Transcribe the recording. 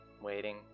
waiting